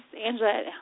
Angela